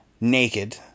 naked